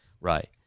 Right